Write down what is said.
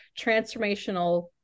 transformational